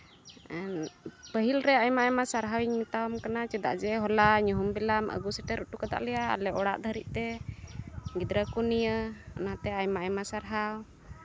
ᱯᱟᱹᱦᱤᱞ ᱨᱮ ᱟᱭᱢᱟ ᱟᱭᱢᱟ ᱥᱟᱨᱦᱟᱣ ᱤᱧ ᱢᱮᱛᱟᱣᱟᱢ ᱠᱟᱱᱟ ᱪᱮᱫᱟᱜ ᱡᱮ ᱦᱚᱞᱟ ᱧᱩᱦᱩᱢ ᱵᱮᱞᱟ ᱟᱹᱜᱩ ᱥᱮᱴᱮᱨ ᱦᱚᱴᱚ ᱠᱟᱜ ᱞᱮᱭᱟ ᱟᱞᱮ ᱚᱲᱟᱜ ᱫᱷᱟᱹᱨᱤᱡ ᱛᱮ ᱜᱤᱫᱽᱨᱟᱹ ᱠᱚ ᱱᱤᱭᱟᱹ ᱚᱱᱟᱛᱮ ᱟᱭᱢᱟ ᱟᱭᱢᱟ ᱥᱟᱨᱦᱟᱣ